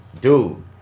dude